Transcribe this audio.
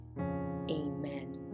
amen